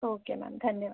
okay ma'am धन्यवाद